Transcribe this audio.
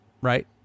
right